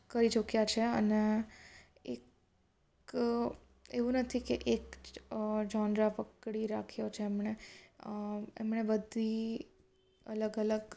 કરી ચૂક્યા છે અને એક એવું નથી કે એક ઝોનરા પકડી રાખ્યો છે એમણે બધી અલગ અલગ